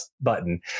button